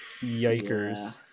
Yikers